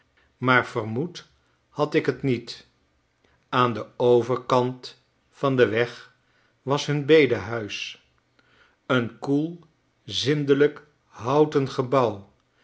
maar vermoed had ik tniet aan den overkant van den weg was hun bedehuis een koel zindelijk houten gebouw